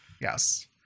yes